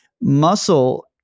Muscle